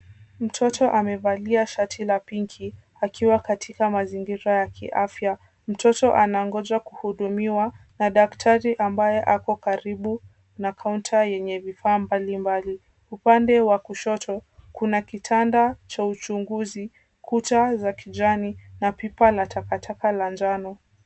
Mtoto amevalia shati la pinki akiwa katika mazingira ya kiafya . Mtoto anangoja kuhudumiwa na daktari ambaye ako karibu na kaunta yenye vifaa mbalimbali. Upande wa kushoto kuna kitanda cha uchunguzi ,kuta za kijana na pipa na takataka la njano.